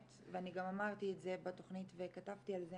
ואני גם אמרתי את זה בתכנית וכתבתי על זה